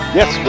Yes